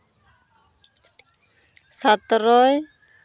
ᱥᱟᱛᱨᱚᱭ